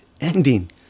ending